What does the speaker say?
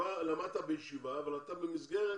למדת בישיבה אבל אתה במסגרת